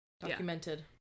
Documented